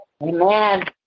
Amen